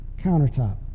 countertop